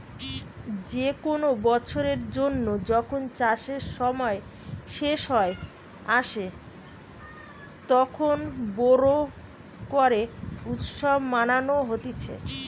যে কোনো বছরের জন্য যখন চাষের সময় শেষ হয়ে আসে, তখন বোরো করে উৎসব মানানো হতিছে